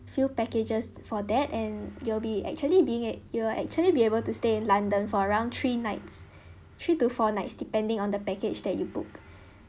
few packages for that and you'll be actually being at you will actually be able to stay in london for around three nights three to four nights depending on the package that you book